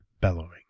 Bellowing